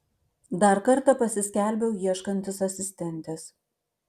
dar kartą pasiskelbiau ieškantis asistentės